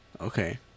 Okay